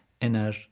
inner